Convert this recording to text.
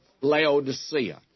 Laodicea